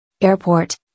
Airport